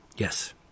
Yes